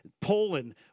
Poland